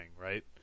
right